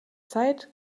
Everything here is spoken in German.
zeit